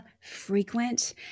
frequent